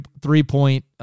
three-point